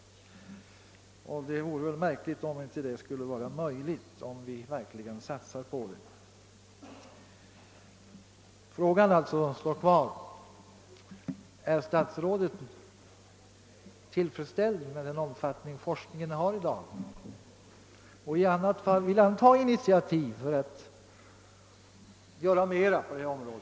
Det vore märkligt om det inte skulle vara möjligt, om vi verkligen satsade på den saken. Frågan står alltså kvar: Är statsrådet tillfredsställd med den omfattning forskningen har i dag och — om inte — vill statsrådet ta initiativ för att mera görs på detta område?